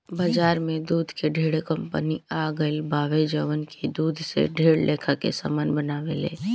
बाजार में दूध के ढेरे कंपनी आ गईल बावे जवन की दूध से ढेर लेखा के सामान बनावेले